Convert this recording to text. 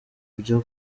byo